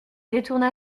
détourna